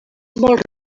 molt